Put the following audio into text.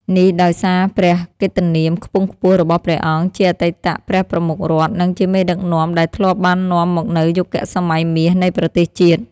នេះដោយសារព្រះកិត្តិនាមខ្ពង់ខ្ពស់របស់ព្រះអង្គជាអតីតព្រះប្រមុខរដ្ឋ និងជាមេដឹកនាំដែលធ្លាប់បាននាំមកនូវយុគសម័យមាសនៃប្រទេសជាតិ។